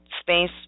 space